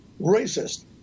racist